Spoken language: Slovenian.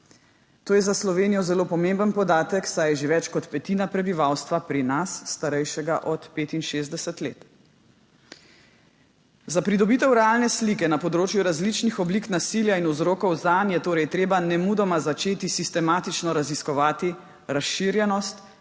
To je za Slovenijo zelo pomemben podatek, saj je že več kot petina prebivalstva pri nas starejšega od 65 let. Za pridobitev realne slike na področju različnih oblik nasilja in vzrokov zanj je torej treba nemudoma začeti sistematično raziskovati razširjenost